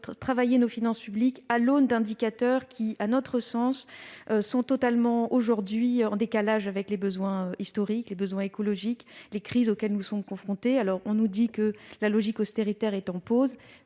travailler sur nos finances publiques à l'aune d'indicateurs qui, à notre sens, sont totalement en décalage avec les besoins historiques et écologiques, et avec les crises auxquelles nous sommes confrontés. On nous dit que la logique austéritaire est en pause.